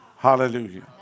Hallelujah